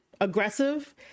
aggressive